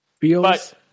feels